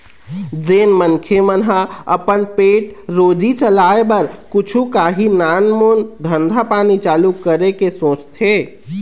जेन मनखे मन ह अपन पेट रोजी चलाय बर कुछु काही नानमून धंधा पानी चालू करे के सोचथे